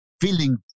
feeling